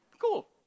Cool